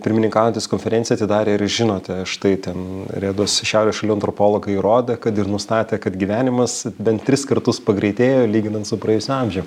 pirmininkaujantis konferenciją atidarė ir žinote štai ten rėdos šiaurės šalių antropologai įrodė kad ir nustatė kad gyvenimas bent tris kartus pagreitėjo lyginant su praėjusiu amžium